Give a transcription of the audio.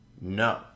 No